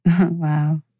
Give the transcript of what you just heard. Wow